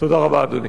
תודה רבה, אדוני.